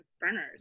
burners